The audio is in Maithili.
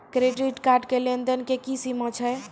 क्रेडिट कार्ड के लेन देन के की सीमा छै?